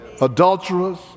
adulterers